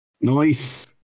Nice